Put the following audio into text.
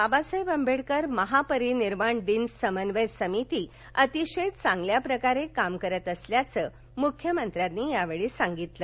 बाबासाहेब आंबेडकर महापरिनिर्वाण दिन समन्वय समिती अतिशय चांगल्या प्रकारे काम करत असल्याचं मुख्यमंत्री म्हणाले